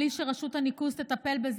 בלי שרשות הניקוז תטפל בזה.